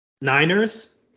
Niners